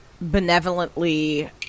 benevolently